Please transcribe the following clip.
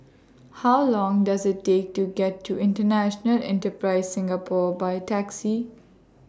How Long Does IT Take to get to International Enterprise Singapore By Taxi